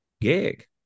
gig